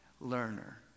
learner